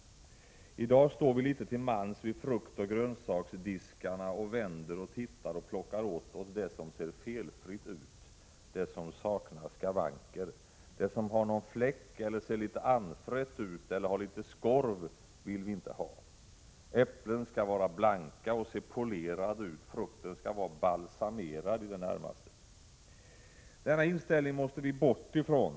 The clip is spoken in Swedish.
I dag står vi litet till mans vid fruktoch grönsaksdiskarna, vänder och tittar och plockar åt oss det som ser felfritt ut, det som saknar skavanker. Det som har en liten fläck eller ser anfrätt ut eller har litet skorv vill vi inte ha. Äpplen skall vara blanka och se polerade ut. Frukten skall i det närmaste vara balsamerad. Denna inställning måste vi komma bort ifrån.